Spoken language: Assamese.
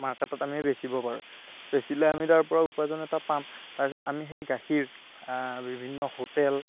মাৰ্কেটত আমি বেচিব পাৰোঁ বেচিলে আমি তাৰ পৰা উপাৰ্জন এটা পাম তাৰ পিছত আমি সেই গাখীৰ বিভিন্ন হোটেল